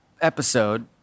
episode